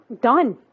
Done